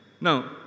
Now